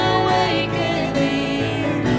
awakening